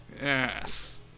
Yes